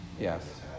Yes